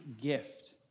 gift